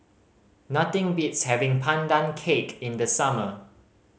nothing beats having Pandan Cake in the summer